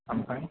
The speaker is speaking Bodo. ओमफ्राय